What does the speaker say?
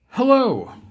Hello